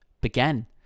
began